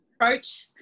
approach